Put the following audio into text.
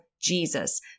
Jesus